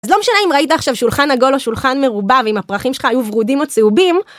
אז לא משנה אם ראית עכשיו שולחן עגול או שולחן מרובע ואם הפרחים שלך היו ורודים או צהובים.